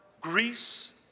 Greece